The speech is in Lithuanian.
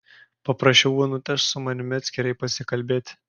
paprašiau onutės su manimi atskirai pasikalbėti